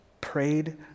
prayed